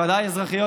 ודאי אזרחיות,